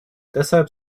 deshalb